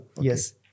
yes